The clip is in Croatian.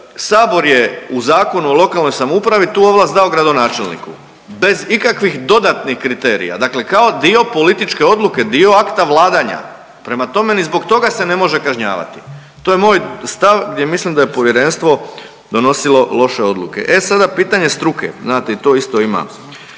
Sabor je u Zakonu o lokalnoj samoupravi tu ovlast dao gradonačelniku bez ikakvih dodatnih kriterija, dakle kao dio političke odluke, dio akta vladanja, prema tome ni zbog toga se ne može kažnjavati. To je moj stav gdje mislim da je Povjerenstvo donosilo loše odluke. E sada pitanje struke, znate i tu isto ima.